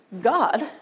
God